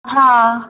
हां